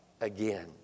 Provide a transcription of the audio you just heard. again